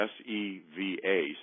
S-E-V-A